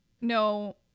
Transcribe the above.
No